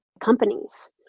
companies